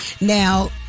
now